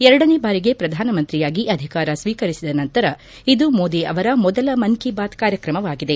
ಎರಡನೇ ಬಾರಿಗೆ ಪ್ರಧಾನ ಮಂತ್ರಿಯಾಗಿ ಅಧಿಕಾರ ಸ್ವೀಕರಿಸಿದ ನಂತರ ಇದು ಮೋದಿ ಅವರ ಮೊದಲ ಮನ್ ಕಿ ಬಾತ್ ಕಾರ್ಯಕ್ರಮವಾಗಿದೆ